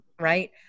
right